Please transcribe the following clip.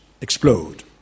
explode